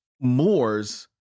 Moors